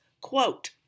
quote